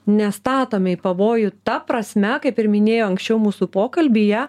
nestatome į pavojų ta prasme kaip ir minėjo anksčiau mūsų pokalbyje